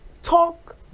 talk